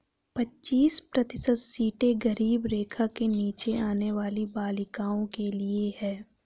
पच्चीस प्रतिशत सीटें गरीबी रेखा के नीचे आने वाली बालिकाओं के लिए है